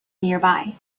nearby